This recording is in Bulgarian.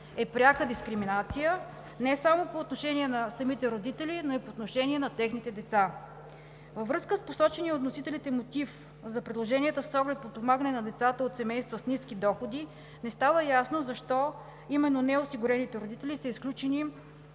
е пряка дискриминация не само по отношение на самите родители, но и по отношение на техните деца. Във връзка с посочения от вносителите мотив за предложенията с оглед подпомагане на децата от семейства с ниски доходи не става ясно защо именно неосигурените родители са изключени